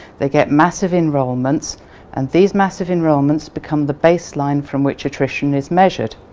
they get massive enrollments and these massive enrollments become the baseline from which attrition is measured.